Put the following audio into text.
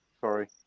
Sorry